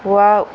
wow